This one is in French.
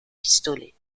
pistolet